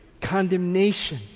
condemnation